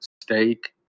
steak